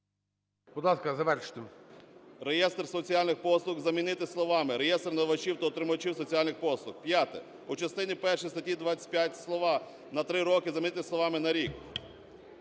…"реєстр соціальних послуг" замінити словами "реєстр набувачів та отримувачів соціальних послуг". П'яте. У частині першій статті 25 слова "на три роки" замінити словами "на рік".